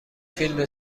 فیلم